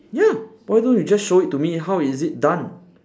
ya why don't you just show it to me how is it done